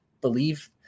believe